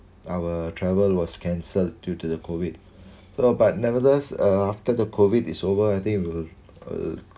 our travel was cancelled due to the COVID so but nevertheless uh after the COVID is over I think it will